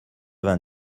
vingt